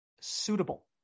suitable